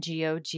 GOG